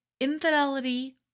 infidelity